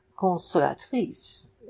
consolatrice